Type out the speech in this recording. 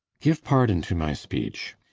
give pardon to my speech.